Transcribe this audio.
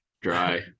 dry